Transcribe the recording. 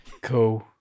Cool